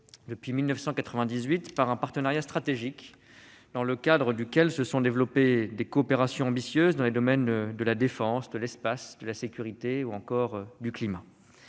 depuis 1998 par un partenariat stratégique, dans le cadre duquel se sont développées des coopérations ambitieuses dans les domaines de la défense, de l'espace, de la sécurité ou encore du climat.